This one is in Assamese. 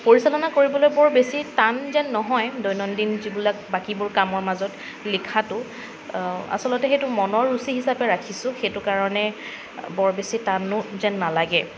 পৰিচালনা কৰিবলৈ বৰ বেছি টান যেন নহয় দৈনন্দিন যিবিলাক বাকীবোৰ কামৰ মাজত লিখাটো আছলতে সেইটো মনৰ ৰুচি হিচাপে ৰাখিছোঁ সেইটো কাৰণে বৰ বেছি টানো যেন নালাগে